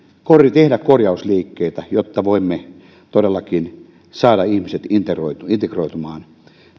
tehdä korjausliikkeitä jotta voimme todellakin saada ihmiset integroitumaan integroitumaan